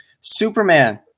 superman